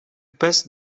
bez